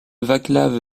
václav